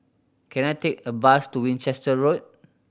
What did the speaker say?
can I take a bus to Winchester Road